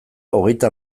hogeita